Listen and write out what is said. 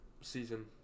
season